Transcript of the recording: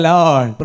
Lord